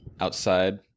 outside